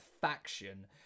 faction